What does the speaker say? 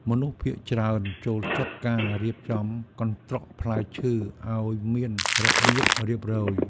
មនុស្សភាគច្រើនចូលចិត្តការរៀបចំកន្ត្រកផ្លែឈើឱ្យមានរបៀបរៀបរយ។